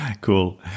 cool